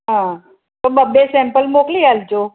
હાં તો બબે સેમ્પલ મોકલી આલજો